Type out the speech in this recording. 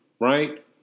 right